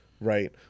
right